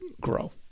grow